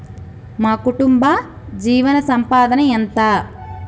మా కుటుంబ జీవన సంపాదన ఎంత?